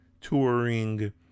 touring